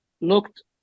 looked